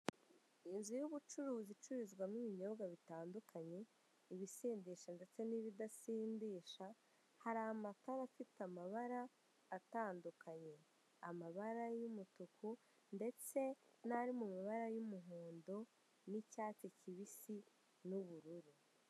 Inzu y'ubucuruzi icururizwamo ibinyobwa bitandukanye, ibisindisha ndetse n'ibidasindisha, hari amatara afite amabara atandukanye, amabara y'umutuku ndetse n'ari mu mabara y'umuhondo, n'icyatsi kibisi, n'ubururu.